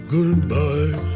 Goodbye